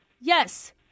Yes